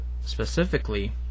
specifically